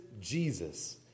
Jesus